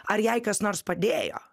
ar jai kas nors padėjo